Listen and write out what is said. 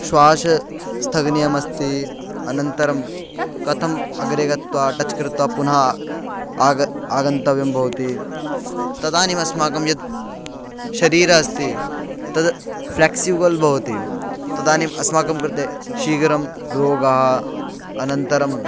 श्वासः स्थगनीयमस्ति अनन्तरं कथम् अग्रे गत्वा टच् कृत्वा पुनः आग आगन्तव्यं भवति तदानीम् अस्माकं यद् शरीरम् अस्ति तद् फ़्लेक्सिबल् भवति तदानीम् अस्माकं कृते शीघ्रं रोगाः अनन्तरं